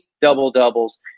double-doubles